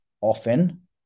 often